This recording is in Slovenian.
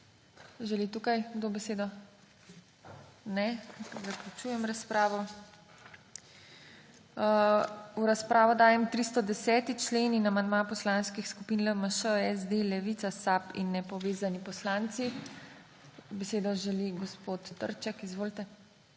Želi tukaj kdo besedo? Ne. Zaključujem razpravo. V razpravo dajem 310. člen in amandma poslanskih skupin LMŠ, SD, Levica, SAB in nepovezanih poslancev. Besedo želi gospod Trček. Izvolite.